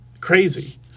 Crazy